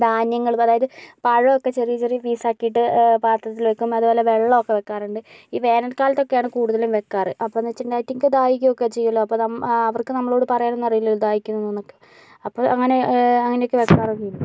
ധാന്യങ്ങള് അതായത് പഴൊക്കെ ചെറിയ ചെറിയ പീസ് ആക്കിട്ട് പാത്രത്തിൽ വെക്കും അതേപോലെ വെള്ളം ഒക്കെ വെക്കാറുണ്ട് ഈ വേനൽ കാലത്തൊക്കെ ആണ് കൂടുതലും വെക്കാറ് അപ്പാന്ന് വെച്ചിട്ടുണ്ടേ അതിക്കിങ്ങുക്ക് ദാഹിക്കൊക്കെ ചെയ്യോലോ അപ്പം നമ്മ അവർക്ക് നമ്മളോട് പറയാൻ ഒന്നും അറിയില്ലലോ ദാഹിക്കുന്നു എന്നൊക്കെ അപ്പോൾ അങ്ങനെ അങ്ങനെക്കെ വെക്കാറുണ്ട്